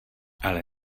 ale